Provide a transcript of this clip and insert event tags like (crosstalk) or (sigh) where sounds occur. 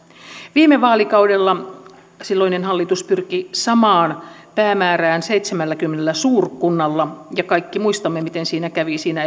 viime vaalikaudella silloinen hallitus pyrki samaan päämäärään seitsemälläkymmenellä suurkunnalla ja kaikki muistamme miten siinä kävi siinä (unintelligible)